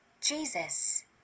Jesus